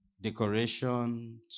decoration